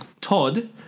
Todd